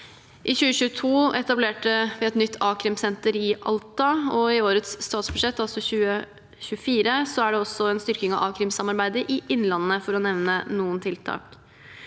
I 2022 etablerte vi et nytt a-krimsenter i Alta, og i årets statsbudsjett, altså for 2024, er det også en styrking av a-krim-samarbeidet i Innlandet, for å nevne noen tiltak.